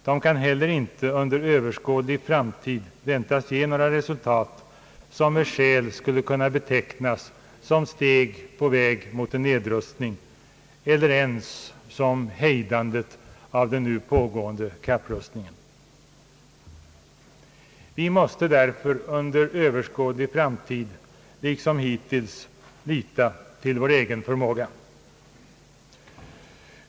De kan heller inte under överskådlig framtid väntas ge några resultat, som med skäl skulle kunna betecknas som steg på vägen mot en nedrustning eller ens som hejdande av den nu pågående kapprustningen. Vi måste därför under överskådlig framtid liksom hittills lita till vår egen förmåga.